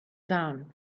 down